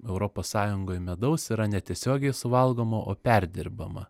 europos sąjungoj medaus yra netiesiogiai suvalgoma o perdirbama